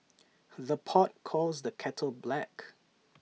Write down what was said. the pot calls the kettle black